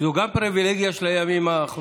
זו גם פריבילגיה של הימים האחרונים.